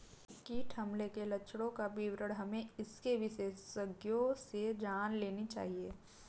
कीट हमले के लक्षणों का विवरण हमें इसके विशेषज्ञों से जान लेनी चाहिए